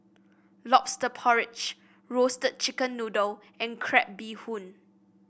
lobster porridge Roasted Chicken Noodle and Crab Bee Hoon